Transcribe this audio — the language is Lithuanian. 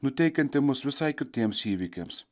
nuteikianti mus visai kitiems įvykiams